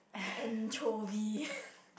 ya anchovy